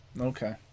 Okay